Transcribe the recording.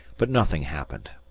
but nothing happened,